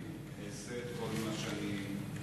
מסכים לתלונותיך ואעשה כל מה שביכולתי.